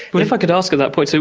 but if i could ask at that point, so